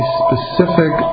specific